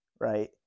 right